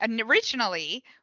originally